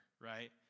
right